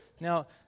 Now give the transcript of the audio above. Now